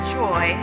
joy